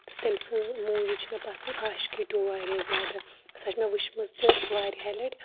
تہٕ تٔمۍ سٕنٛز موٗوِی چھِ مےٚ پَسنٛد آشکی ٹوٗ واریاہ زیادٕ سۄ چھےٚ مےٚ وُچھمٕژ تہِ واریاہہِ لَٹہِ